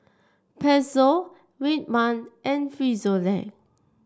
Pezzo Red Man and Frisolac